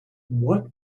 what